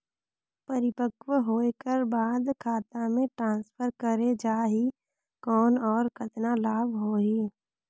परिपक्व होय कर बाद खाता मे ट्रांसफर करे जा ही कौन और कतना लाभ होही?